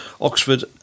Oxford